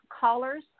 callers